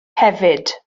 hefyd